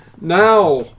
Now